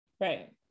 right